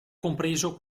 compreso